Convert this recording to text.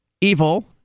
evil